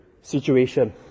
situation